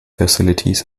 facilities